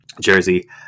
jersey